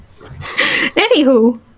Anywho